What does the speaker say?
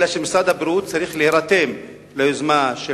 אלא שמשרד הבריאות צריך להירתם ליוזמה של